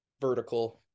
vertical